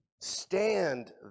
Stand